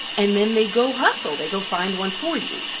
and then they go hustle. they go find one for you.